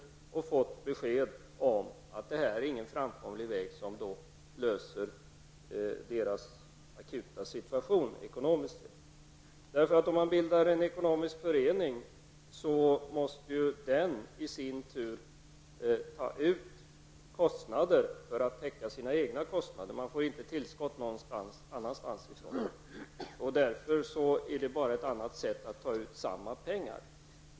Där har man fått besked om att det inte finns någon framkomlig väg som kan lösa den akuta situationen ekonomiskt sett. Bildar man en ekonomisk förening måste den i sin tur ta ut avgifter för att täcka de egna kostnaderna. Det blir inget tillskott från något annathåll. Därför är det bara ett annat sätt att ta ut samma pengar.